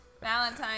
Valentine